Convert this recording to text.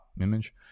image